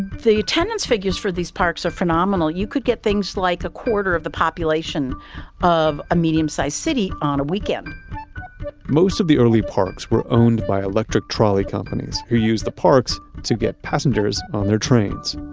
the attendance figures for these parks are phenomenal. you could get things like a quarter of the population of a medium-sized city on a weekend most of the early parks were owned by electric trolley companies, who use the parks to get passengers on their trains.